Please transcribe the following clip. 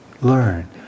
learn